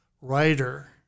writer